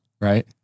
Right